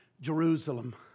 Jerusalem